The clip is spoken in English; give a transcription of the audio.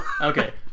Okay